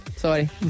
sorry